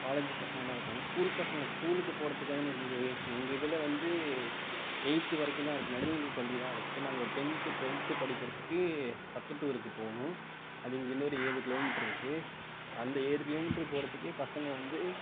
காலேஜி பசங்களாம் இருக்காங்க ஸ்கூல் பசங்க ஸ்கூலுக்கு போகிறதுக்காக இங்கே போய் எங்கே இதில் வந்து எயிட்த் வரைக்கும் தான் இருக்குது நடுநிலைப்பள்ளி தான் இருக்குது நாங்கள் ஒரு டென்த்து டுவெல்த்து படிக்குறதுக்கு பக்கத்துக்கு ஊரு போகணும் அது இங்கேருந்து ஒரு ஏழு கிலோமீட்டர் இருக்குது அந்த ஏழு கிலோமீட்டர் போகிறதுக்கு பசங்க வந்து